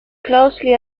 closely